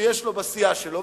שיש לו בסיעה שלו,